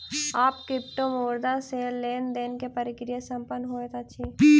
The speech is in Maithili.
आब क्रिप्टोमुद्रा सॅ लेन देन के प्रक्रिया संपन्न होइत अछि